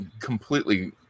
completely